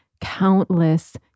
countless